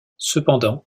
cependant